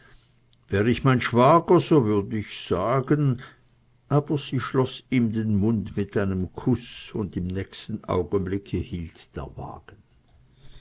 wär ich mein schwager so würd ich sagen aber sie schloß ihm den mund mit einem kuß und im nächsten augenblicke hielt der wagen